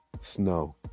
Snow